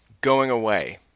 going-away